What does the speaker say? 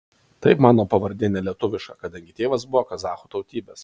taip mano pavardė ne lietuviška kadangi tėvas buvo kazachų tautybės